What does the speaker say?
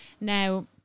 now